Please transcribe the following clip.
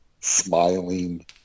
smiling